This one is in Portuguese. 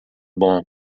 bom